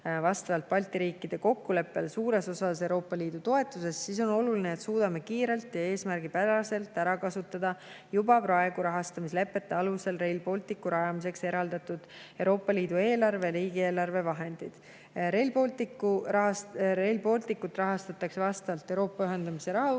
vastavalt Balti riikide kokkuleppele suures osas Euroopa Liidu toetusest, siis on oluline, et suudame kiirelt ja eesmärgipäraselt ära kasutada juba praegu rahastamislepete alusel Rail Balticu rajamiseks Euroopa Liidu eelarvest ja riigieelarvest eraldatud vahendid. Rail Balticut rahastatakse Euroopa ühendamise